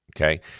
Okay